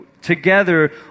together